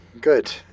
good